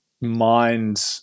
mind –